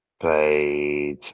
played